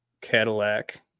Cadillac